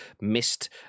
missed